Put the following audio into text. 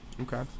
okay